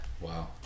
Wow